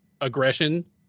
aggression